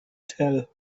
tell